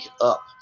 up